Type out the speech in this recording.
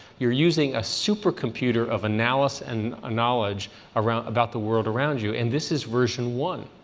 you're using a supercomputer of analysis and ah knowledge around about the world around you. and this is version one.